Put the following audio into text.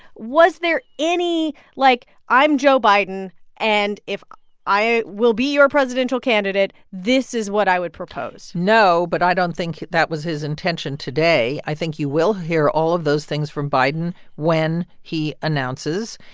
was there any, like, i'm joe biden and if i will be your presidential candidate, this is what i would propose? no, but i don't think that was his intention today. i think you will hear all of those things from biden when he announces.